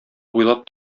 уйлап